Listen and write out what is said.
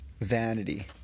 vanity